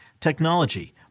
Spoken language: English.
technology